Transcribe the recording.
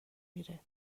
میره